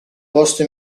posto